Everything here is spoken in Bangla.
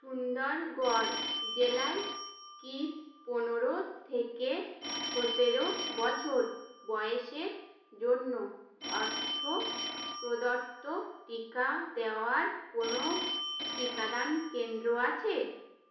সুন্দরগড় জেলায় কি পনেরো থেকে সতেরো বছর বয়সের জন্য অর্থ প্রদত্ত টিকা দেওয়ার কোনও টিকাদান কেন্দ্র আছে